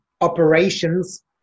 operations